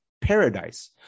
paradise